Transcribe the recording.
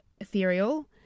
Ethereal